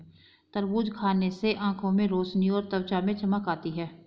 तरबूज खाने से आंखों की रोशनी और त्वचा में चमक आती है